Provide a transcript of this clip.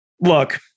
Look